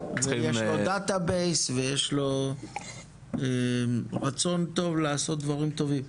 יש לו דטא בייס ויש לו רצון טוב לעשות דברים טובים.